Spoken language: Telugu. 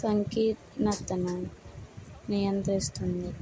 సంకీర్నతను నియంత్రిస్తుంది